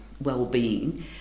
well-being